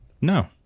No